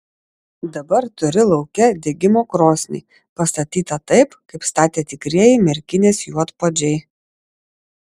dabar turi lauke degimo krosnį pastatytą taip kaip statė tikrieji merkinės juodpuodžiai